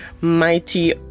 mighty